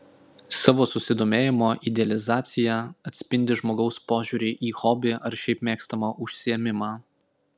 savo susidomėjimo idealizacija atspindi žmogaus požiūrį į hobį ar šiaip mėgstamą užsiėmimą